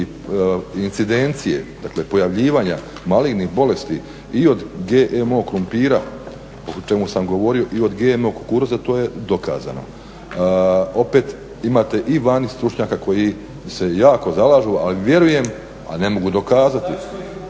incidencije, dakle pojavljivanja malignih bolesti i od GMO krumpira, o čemu sam govorio i od GMO kukuruza, to je dokazano. Opet imate i vani stručnjaka koji se jako zalažu, ali vjerujem, a ne mogu dokazati,